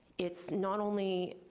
it's not only,